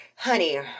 Honey